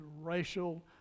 racial